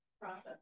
process